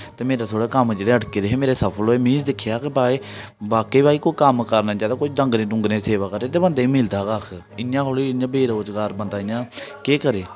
ते मेरे थोह्ड़े कम्म जेह्डे़ अटके दे हे मेरे सफल होये में दिक्खेआ कि वाक्या भई कोई कम्म करना चाहिदा कोई डंगरें डूंगरे दी सेवा करै ते बंदे ई मिलदा कक्ख इ'यां थोह्ड़ी इ'यां बेरोजगार बंदा इ'यां केह् करै